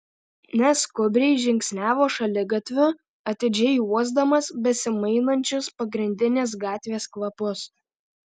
neskubriai žingsniavo šaligatviu atidžiai uosdamas besimainančius pagrindinės gatvės kvapus